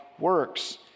works